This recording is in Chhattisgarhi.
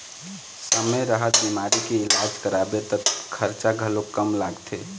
समे रहत बिमारी के इलाज कराबे त खरचा घलोक कम लागथे